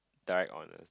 direct honours